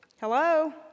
Hello